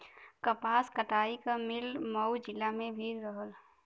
कपास कटाई क मिल मऊ जिला में भी रहल